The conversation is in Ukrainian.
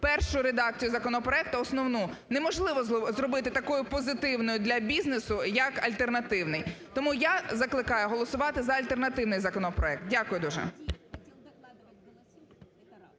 першу редакцію законопроекту основну неможливо зробити такою позитивною для бізнесу, як альтернативний. Тому я закликаю голосувати за альтернативний законопроект. Дякую дуже.